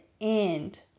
end